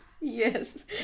yes